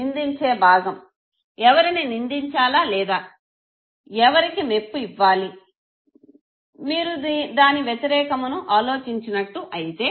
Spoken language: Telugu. నిందించే భాగం ఎవరిని నిందించాలా లేదా ఎవరికి మెప్పు ఇవ్వాలి మీరు దాని వ్యతిరేకమును ఆలోచించినట్టు అయితే